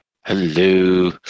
Hello